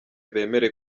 bemere